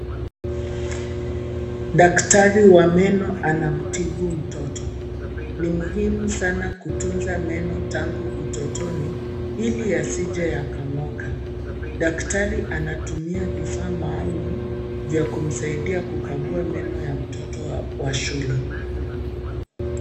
Daktari wa meno anamtibu mtoto. Ni muhimu sana kutunza meno tangu utotoni, ili yasije yakang'oka. Daktari anatumia vifaa maalum, vya kumsaidia kukagua meno ya mtoto wa shule.